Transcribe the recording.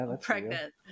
pregnant